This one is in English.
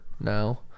now